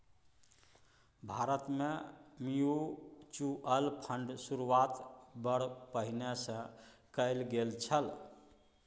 भारतमे म्यूचुअल फंडक शुरूआत बड़ पहिने सँ कैल गेल छल